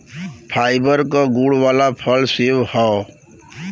fibre क गुण वाला फल सेव हौ